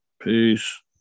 Peace